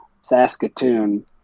Saskatoon